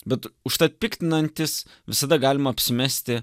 bet užtat piktinantis visada galima apsimesti